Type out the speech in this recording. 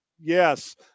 Yes